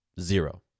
Zero